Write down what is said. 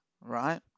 right